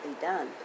done